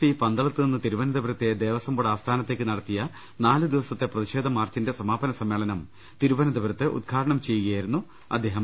P പന്തളത്തുനിന്ന് തിരുവനന്തപുരത്തെ Devaswom board ആസ്ഥാനത്തേക്ക് നടത്തിയ നാലുദിവസത്തെ പ്രതിഷേധ മാർച്ചിന്റെ സമാപനസമ്മേളനം തിരുവനന്ത പുരത്ത് ഉദ്ഘാടനം ചെയ്യുകയായിരുന്നു അദ്ദേഹം